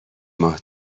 ماه